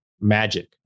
magic